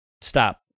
Stop